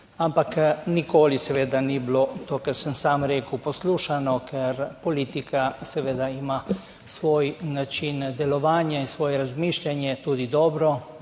ampak nikoli seveda ni bilo to, kar sem sam rekel, poslušano, ker politika seveda ima svoj način delovanja in svoje razmišljanje. Tudi dobro,